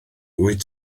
wyt